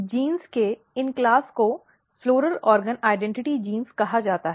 gene के इन वर्ग को फ़्लॉरल अंग पहचान जीन कहा जाता है